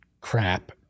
crap